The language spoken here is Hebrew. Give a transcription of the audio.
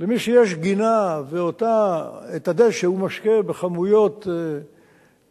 למי שיש גינה ואת הדשא הוא משקה בכמויות נרחבות,